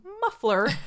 muffler